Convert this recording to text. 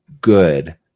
good